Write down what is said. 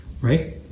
right